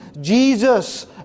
Jesus